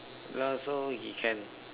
ya so he can